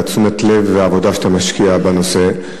תשומת הלב והעבודה שאתה משקיע בנושא.